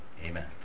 Amen